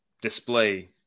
display